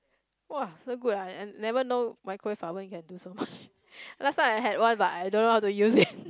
!wah! so good ah I never know microwave oven can do so much last time I had one but I don't know how to use it